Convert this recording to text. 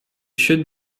should